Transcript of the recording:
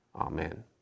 Amen